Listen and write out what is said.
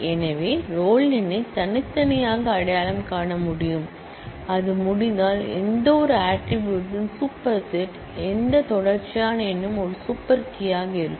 எனவே ரோல் நம்பரை தனித்தனியாக அடையாளம் காண முடியும் அது முடிந்தால் எந்தவொரு ஆட்ரிபூட்ஸ் இன் சூப்பர் செட் எந்த கன்டினியூயல் நம்பரும் ஒரு சூப்பர் கீ யாக இருக்கும்